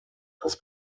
das